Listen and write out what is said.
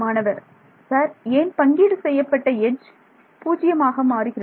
மாணவர் சார் ஏன் பங்கீடு செய்யப்பட்டஎட்ஜ் 0 வாக மாறுகிறது